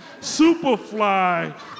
Superfly